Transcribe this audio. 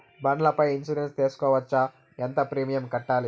బండ్ల పై ఇన్సూరెన్సు సేసుకోవచ్చా? ఎంత ప్రీమియం కట్టాలి?